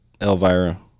Elvira